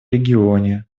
регионе